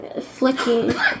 flicking